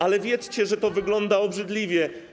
Ale wiedzcie, że to wygląda obrzydliwie.